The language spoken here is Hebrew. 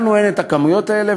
לנו אין את הכמויות האלה,